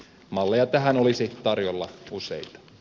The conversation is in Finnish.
malleja tähän olisi tarjolla useita